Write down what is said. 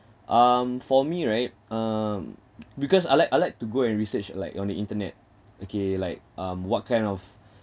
um for me right um b~ because I like I like to go and research like on the internet okay like um what kind of